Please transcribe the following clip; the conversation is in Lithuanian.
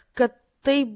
kad tai